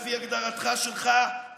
לפי הגדרתך שלך,